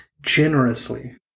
generously